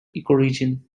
ecoregion